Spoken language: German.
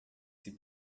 die